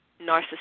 Narcissism